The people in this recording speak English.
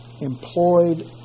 employed